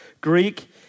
Greek